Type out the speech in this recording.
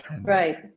Right